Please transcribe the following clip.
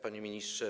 Panie Ministrze!